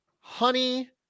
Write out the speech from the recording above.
honey